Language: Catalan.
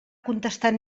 contestar